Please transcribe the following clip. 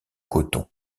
coton